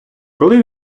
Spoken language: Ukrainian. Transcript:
коли